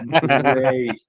Great